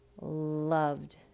loved